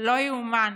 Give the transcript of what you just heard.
לא ייאמן.